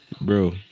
bro